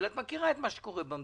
אבל את מכירה את מה שקורה במדינה.